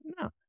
No